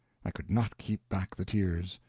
i could not keep back the tears.